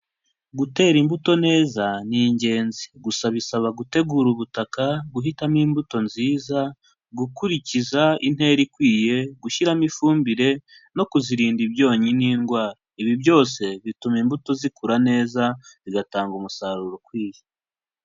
Gutera imbuto neza ni ingenzi gusa bisaba gutegura ubutaka, guhitamo imbuto nziza, gukurikiza intera ikwiye, gushyiramo ifumbire no kuzirinda ibyonnyi n'indwara, ibi byose bituma imbuto zikura neza bigatanga umusaruro ukwiye.